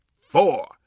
four